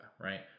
right